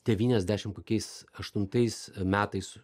devyniasdešim kokiais aštuntais metais